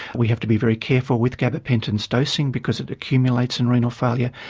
we have to be very careful with gabapentin's dosing because it accumulates in renal failure.